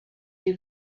you